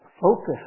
focus